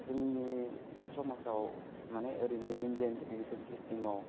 जोंनि समाजाव माने ओरैनो इण्डियान एजुकेशन सिस्टेमाव